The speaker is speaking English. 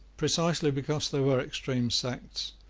precisely because they were extreme sects,